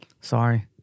sorry